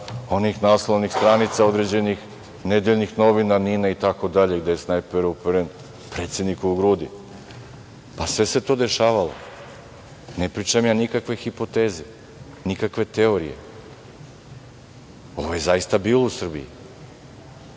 onih naslovnih stranica određenih nedeljnih novina, „Nina“, itd. gde je snajper uperen predsedniku u grudi. Sve se to dešavalo, ne pričam ja nikakve hipoteze, nikakve teorije. Ovo je zaista bilo u Srbiji.